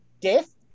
Death